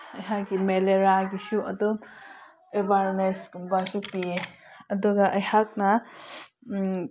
ꯑꯩꯍꯥꯛꯀꯤ ꯃꯦꯔꯦꯂꯥꯒꯤꯁꯨ ꯑꯗꯨꯝ ꯑꯦꯋꯥꯔꯅꯦꯁꯀꯨꯝꯕꯁꯨ ꯄꯤꯌꯦ ꯑꯗꯨꯒ ꯑꯩꯍꯥꯛꯅ